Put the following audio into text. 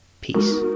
Peace